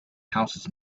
houses